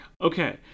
Okay